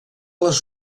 les